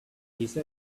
with